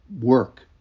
work